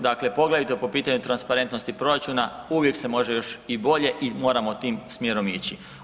Dakle, poglavito po pitanju transparentnosti proračuna, uvijek se može još i bolje i moramo tim smjerom ići.